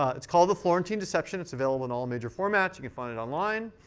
ah it's called the florentine deception. it's available in all major formats. you can find it online.